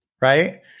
right